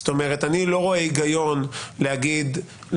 אני לא רואה היגיון לשחק.